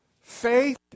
Faith